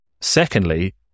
secondly